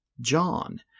John